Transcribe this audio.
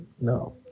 no